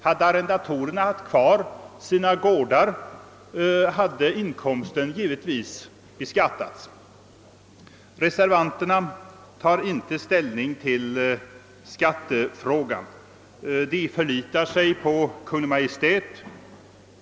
Hade arrendatorerna haft kvar sina gårdar hade inkomsten givetvis beskattats. Reservanterna tar inte ställning till skattefrågan; de förlitar sig på Kungl. Maj:t.